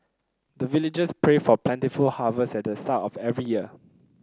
the villagers pray for plentiful harvest at the start of every year